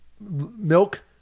milk